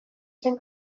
zen